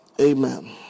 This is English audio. Amen